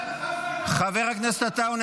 חבר הכנסת עטאונה,